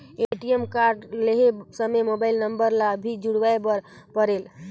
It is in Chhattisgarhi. ए.टी.एम कारड लहे समय मोबाइल नंबर ला भी जुड़वाए बर परेल?